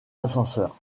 ascenseur